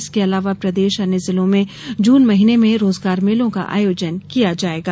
इसके अलावा प्रदेश अन्य जिलों में जून महीने में रोजगार मेलों को आयोजन किया जायेगा